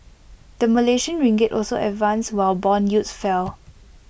the Malaysian ringgit also advanced while Bond yields fell